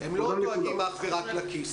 הם לא דואגים אך ורק לכיס.